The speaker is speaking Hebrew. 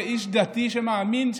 כאיש דתי מאמין,